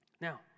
Now